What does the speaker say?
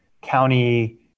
County